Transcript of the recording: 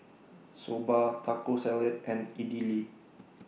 Soba Taco Salad and Idili